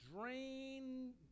drain